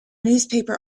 newspaper